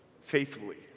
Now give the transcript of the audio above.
faithfully